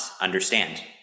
understand